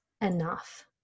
enough